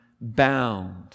bound